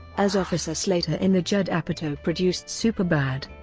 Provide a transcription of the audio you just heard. as officer slater in the judd apatow produced superbad.